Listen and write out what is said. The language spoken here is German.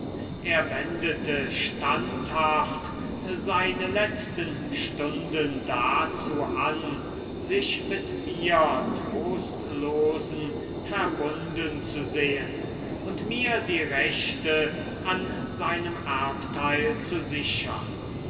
er wendete standhaft seine letzten stunden dazu an sich mit mir trostlosen verbunden zu sehen und mir die rechte an seinem erbteil zu sichern